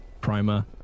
primer